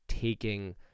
taking